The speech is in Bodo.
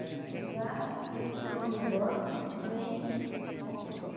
जिबा नभेम्बर नै अक्ट'बर